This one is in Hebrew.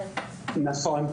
נכון.